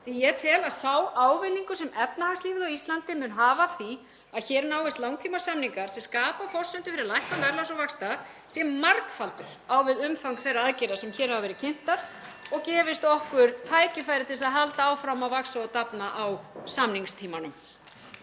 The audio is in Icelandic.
Ég tel að sá ávinningur sem efnahagslífið á Íslandi mun hafa af því að hér náist langtímasamningar sem skapa forsendur fyrir lækkun verðlags og vaxta, sé margfaldur á við (Forseti hringir.) umfang þeirra aðgerða sem hér hafa verið kynntar og gefi okkur tækifæri til að halda áfram að vaxa og dafna á samningstímanum.